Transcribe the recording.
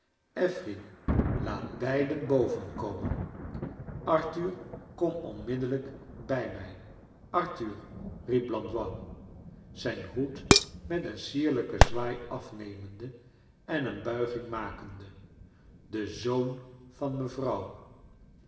laat beiden boven komen arthur kom onmiddellijk bij mij i arthur riep blandois zijn hoed met een sierlijken zwaai afnemende en een buiging makende de zoon van mevrouw